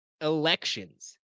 elections